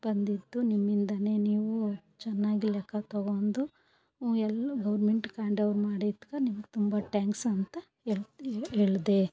ಬಂದಿದ್ದು ನಿಮ್ಮಿಂದ ನೀವು ಚೆನ್ನಾಗಿ ಲೆಕ್ಕ ತೊಗೊಂಡು ಎಲ್ಲವು ಗೌರ್ಮೆಂಟ್ಗೆ ಹ್ಯಾಂಡೋವರ್ ಮಾಡಿದ್ಕೆ ನಿಮ್ಗೆ ತುಂಬ ಟ್ಯಾಂಕ್ಸ್ ಅಂತ ಹೇಳ್ ಹೇಳ್ದೆ